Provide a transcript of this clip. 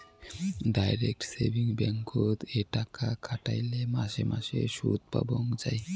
direct savings ব্যাঙ্ককোত এ টাকা খাটাইলে মাসে মাসে সুদপাবঙ্গ যাই